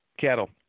cattle